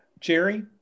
Jerry